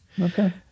Okay